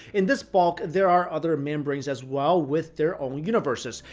in this bulk, there are other membranes as well with their own universes.